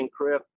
encrypt